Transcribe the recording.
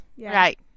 Right